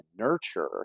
Nurture